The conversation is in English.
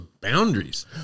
boundaries